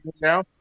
now